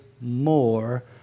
more